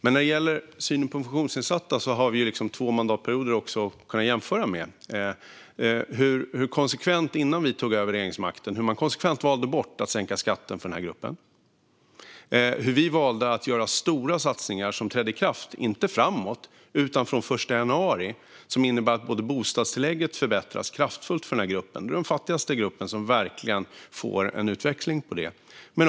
När det gäller synen på funktionsnedsatta har vi två mandatperioder att jämföra med. Innan vi tog över regeringsmakten valde man konsekvent bort att sänka skatten för denna grupp, medan vi valde att göra stora satsningar, som inte trädde i kraft framåt utan från den 1 januari. Detta innebar att bostadstillägget förbättrades kraftfullt för denna grupp som är den fattigaste och som verkligen får en utväxling på detta.